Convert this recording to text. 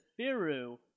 Firu